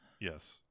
yes